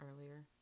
earlier